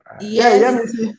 Yes